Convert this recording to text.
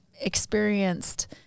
experienced